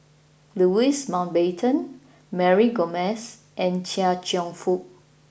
Louis Mountbatten Mary Gomes and Chia Cheong Fook